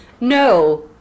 no